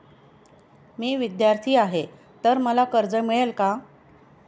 मी विद्यार्थी आहे तर मला कर्ज मिळेल का?